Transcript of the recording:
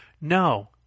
no